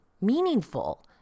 meaningful